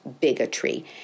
bigotry